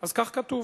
אז כך כתוב.